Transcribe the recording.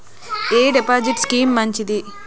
ఎ deposit scheme మంచిది?